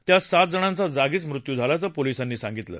त्यात सातजणांचा जागीच मृत्यू झाल्याचं पोलिसांनी सांगितलं